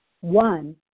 One